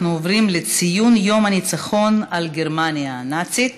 אנחנו עוברים לציון יום הניצחון על גרמניה הנאצית.